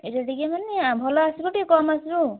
ଏ ଯେଉଁ ଟିକେ ମାନେ ଭଲ ଆସିବ ଟିକେ କମ୍ ଆସିବ ଆଉ